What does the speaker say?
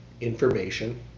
information